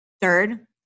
Third